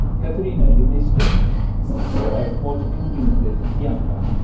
katherina, you may stay for i have more to commune with bianca.